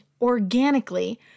organically